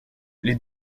les